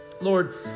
Lord